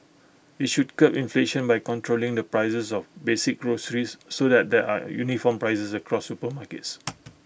IT should curb inflation by controlling the prices of basic groceries so that there are uniform prices across supermarkets